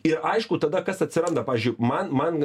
ir aišku tada kas atsiranda pavyzdžiui man man